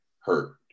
hurt